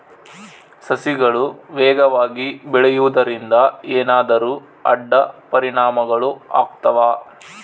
ಸಸಿಗಳು ವೇಗವಾಗಿ ಬೆಳೆಯುವದರಿಂದ ಏನಾದರೂ ಅಡ್ಡ ಪರಿಣಾಮಗಳು ಆಗ್ತವಾ?